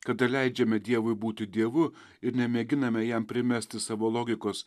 kada leidžiame dievui būti dievu ir nemėginame jam primesti savo logikos